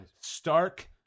stark